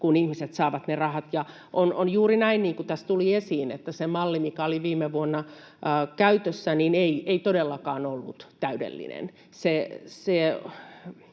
kun ihmiset saavat ne rahat. On juuri näin, niin kuin tässä tuli esiin, että se malli, mikä oli viime vuonna käytössä, ei todellakaan ollut täydellinen.